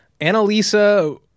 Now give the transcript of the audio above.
Annalisa